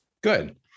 Good